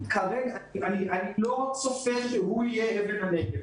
אני לא צופה שהוא יהיה אבן הנגף.